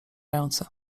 ręce